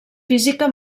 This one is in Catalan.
física